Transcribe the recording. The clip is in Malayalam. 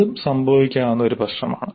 അതും സംഭവിക്കാവുന്ന ഒരു പ്രശ്നമാണ്